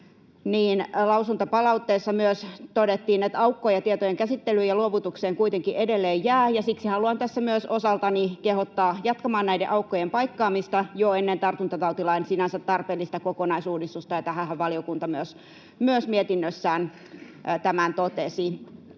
ilmi, lausuntopalautteessa todettiin myös, että aukkoja tietojenkäsittelyyn ja ‑luovutukseen kuitenkin edelleen jää, ja siksi haluan tässä myös osaltani kehottaa jatkamaan näiden aukkojen paikkaamista jo ennen tartuntatautilain sinänsä tarpeellista kokonaisuudistusta, ja tämänhän myös valiokunta mietinnössään totesi.